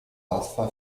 alpha